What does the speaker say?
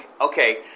okay